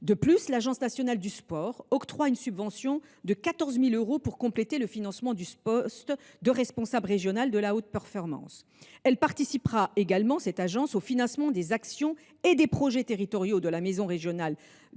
euros. L’Agence nationale du sport octroie par ailleurs une subvention de 14 000 euros pour compléter le financement du poste de responsable régional de la haute performance. Elle participera également au financement des actions et des projets territoriaux de la maison régionale